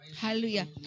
Hallelujah